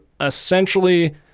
essentially